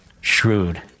shrewd